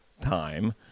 time